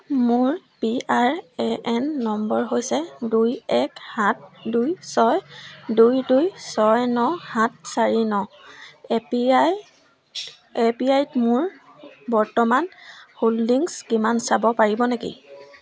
মোৰ P R A N number হৈছে দুই এক সাত দুই ছয় দুই দুই ছয় ন সাত চাৰি ন A P Y A P ৱাইত মোৰ বৰ্তমানৰ হোল্ডিংছ কিমান চাব পাৰিব নেকি